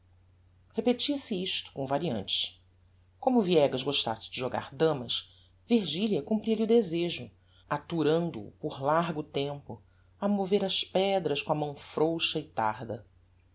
repetia-se isto com variantes como o viegas gostasse de jogar damas virgilia cumpria-lhe o desejo aturando o por largo tempo a mover as pedras com a mão frouxa e tarda